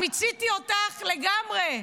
מיציתי אותך לגמרי.